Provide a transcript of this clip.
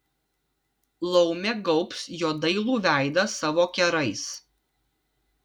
laumė gaubs jo dailų veidą savo kerais